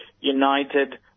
united